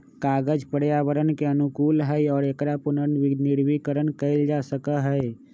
कागज पर्यावरण के अनुकूल हई और एकरा पुनर्नवीनीकरण कइल जा सका हई